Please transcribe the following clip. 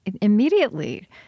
immediately